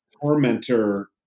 tormentor